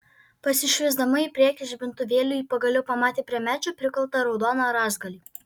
pasišviesdama į priekį žibintuvėliu ji pagaliau pamatė prie medžio prikaltą raudoną rąstgalį